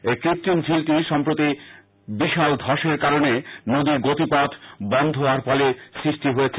এই কৃত্রিম ঝিলটি সম্প্রতি বিশাল ধ্বসের কারণে নদীর গতিপথ বন্ধ হওয়ার ফলে সৃষ্টি হয়েছে